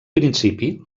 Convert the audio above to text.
principi